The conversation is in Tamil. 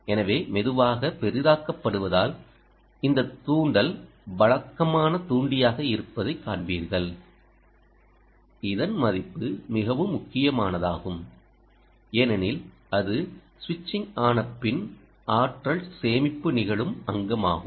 எனவே மெதுவாக பெரிதாக்கப்படுவதால் இந்த தூண்டல் வழக்கமான தூண்டியாக இருப்பதைக் காண்பீர்கள் இதன் மதிப்பு மிகவும் முக்கியமானதாகும் ஏனெனில் அது சுவிட்சிங் ஆன பின் ஆற்றல் சேமிப்பு நிகழும் அங்கமாகும்